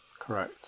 Correct